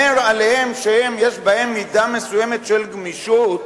עליהן שיש בהן מידה מסוימת של גמישות,